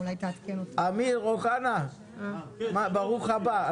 אמיר אוחנה, ברוך הבא.